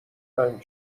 تنگ